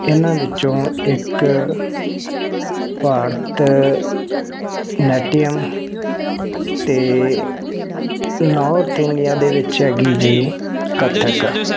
ਇਹਨਾਂ ਵਿੱਚੋਂ ਇੱਕ ਭਾਰਤਨਾਟਿਆਮ ਅਤੇ ਨੌਰਥ ਇੰਡੀਆ ਦੇ ਵਿੱਚ ਹੈਗੀ ਜੇ ਕੱਥਕ